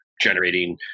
generating